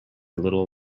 little